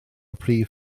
prif